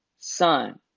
Son